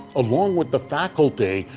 along with the faculty,